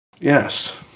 Yes